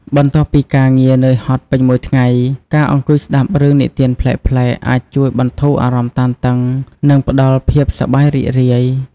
បន្ទាប់ពីការងារនឿយហត់ពេញមួយថ្ងៃ ការអង្គុយស្ដាប់រឿងនិទានប្លែកៗ អាចជួយបន្ធូរអារម្មណ៍តានតឹង និងផ្ដល់ភាពសប្បាយរីករាយ។